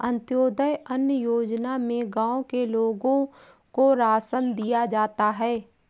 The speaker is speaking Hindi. अंत्योदय अन्न योजना में गांव के लोगों को राशन दिया जाता है